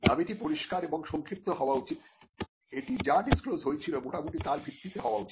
দাবিটি পরিষ্কার এবং সংক্ষিপ্ত হওয়া উচিত এটি যা ডিসক্লোজ হয়েছিল মোটামুটি তার ভিত্তিতে হওয়া উচিত